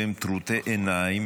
והם טרוטי עיניים.